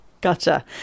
Gotcha